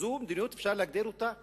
זאת מדיניות שאפשר להגדיר אותה כגזענית,